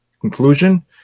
conclusion